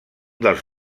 dels